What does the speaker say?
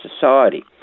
society